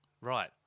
Right